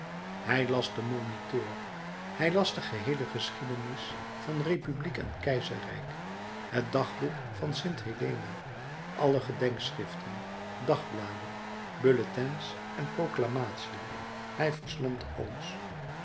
hij las den moniteur hij las de geheele geschiedenis van republiek en keizerrijk het dagboek van st helena alle gedenkschriften dagbladen bulletins en proclamatiën hij verslond alles